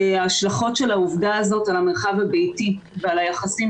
ההשלכות של העובדה הזו על המרחב הביתי ועל היחסים